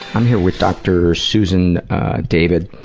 i'm here with dr. susan david.